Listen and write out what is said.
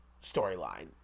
storyline